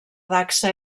dacsa